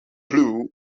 blue